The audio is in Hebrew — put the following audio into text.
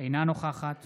אינה נוכחת